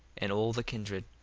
and all the kindred,